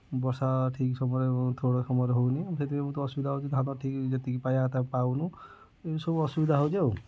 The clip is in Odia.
ବର୍ଷା ଠିକ୍ ସମୟରେ ଥୋଡ଼ ସମୟରେ ହେଉନି ସେଥିପାଇଁ ବହୁତ ଅସୁବିଧା ହେଉଛି ଧାନ ଠିକ୍ ଯେତିକି ପାଇବା କଥା ପାଉନୁ ଏମିତି ସବୁ ଅସୁବିଧା ହେଉଛି ଆଉ